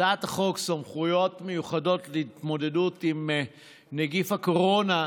הצעת החוק סמכויות מיוחדות להתמודדות עם נגיף הקורונה,